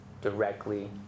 directly